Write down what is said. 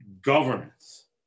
governance